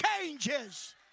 changes